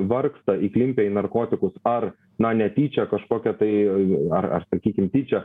vargsta įklimpę į narkotikus ar na netyčia kažkokią tai ar ar sakykim tyčia